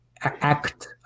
act